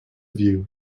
view